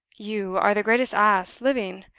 you are the greatest ass living.